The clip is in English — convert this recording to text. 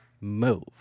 move